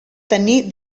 tenir